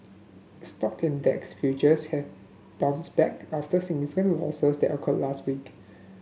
stock index futures have bounce back after significant losses that occurred last week